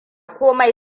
komai